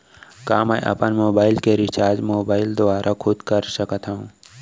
का मैं अपन मोबाइल के रिचार्ज मोबाइल दुवारा खुद कर सकत हव?